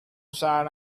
sad